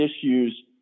issues